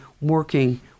working